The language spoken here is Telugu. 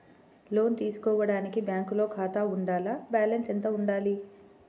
లోను తీసుకోవడానికి బ్యాంకులో ఖాతా ఉండాల? బాలన్స్ ఎంత వుండాలి?